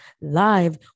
live